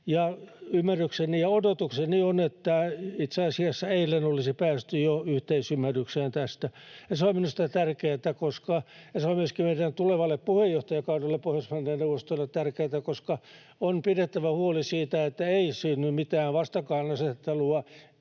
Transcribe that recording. Ymmärrykseni ja odotukseni on, että itse asiassa jo eilen olisi päästy yhteisymmärrykseen tästä, ja se on minusta tärkeätä, ja se on myöskin meidän tulevalle puheenjohtajakaudelle Pohjoismaiden neuvostossa tärkeätä, koska on pidettävä huoli siitä, että ei synny mitään vastakkainasettelua